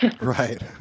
Right